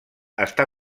està